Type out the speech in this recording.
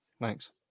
Thanks